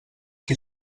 qui